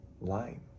light